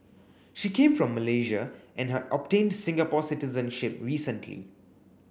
she came from Malaysia and had obtained Singapore citizenship recently